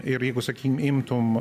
ir jeigu sakykim imtum